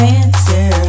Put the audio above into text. answer